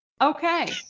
Okay